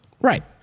Right